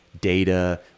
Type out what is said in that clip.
data